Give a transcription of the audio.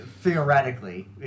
theoretically